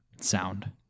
sound